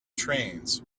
trains